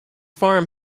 farm